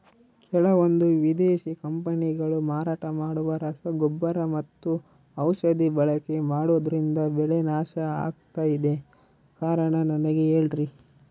ಕೆಲವಂದು ವಿದೇಶಿ ಕಂಪನಿಗಳು ಮಾರಾಟ ಮಾಡುವ ರಸಗೊಬ್ಬರ ಮತ್ತು ಔಷಧಿ ಬಳಕೆ ಮಾಡೋದ್ರಿಂದ ಬೆಳೆ ನಾಶ ಆಗ್ತಾಇದೆ? ಕಾರಣ ನನಗೆ ಹೇಳ್ರಿ?